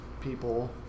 people